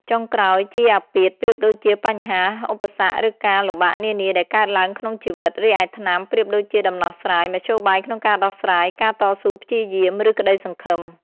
ចុងក្រោយ ជាអាពាធ ប្រៀបដូចជាបញ្ហា ឧបសគ្គ ឬការលំបាកនានាដែលកើតឡើងក្នុងជីវិត រីឯ ថ្នាំ ប្រៀបដូចជាដំណោះស្រាយ មធ្យោបាយក្នុងការដោះស្រាយ ការតស៊ូព្យាយាម ឬក្តីសង្ឃឹម។